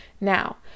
Now